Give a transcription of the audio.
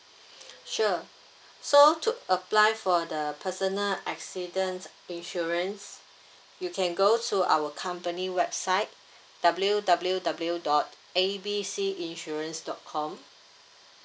sure so to apply for the personal accident insurance you can go to our company website W W W dot A B C insurance dot com